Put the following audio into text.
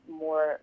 more